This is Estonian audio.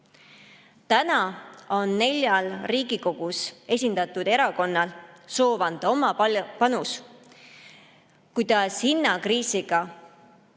Täna on neljal Riigikogus esindatud erakonnal soov anda oma panus, kuidas inimesed